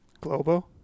Globo